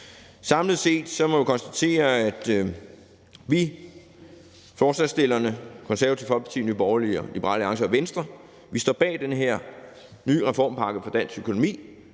Samlet set må jeg konstatere, at forslagsstillerne, Det Konservative Folkeparti, Nye Borgerlige, Liberal Alliance og Venstre, står bag den her nye reformpakke for dansk økonomi,